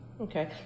Okay